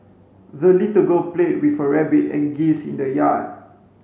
the little girl played with her rabbit and geese in the yard